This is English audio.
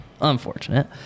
unfortunate